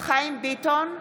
חיים ביטון,